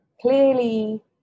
clearly